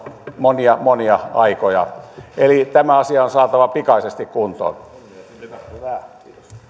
monia monia aikoja eli tämä asia on saatava pikaisesti kuntoon